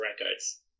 records